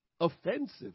offensive